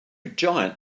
giant